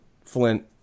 Flint